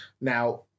Now